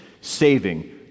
saving